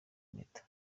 impeta